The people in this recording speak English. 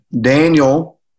Daniel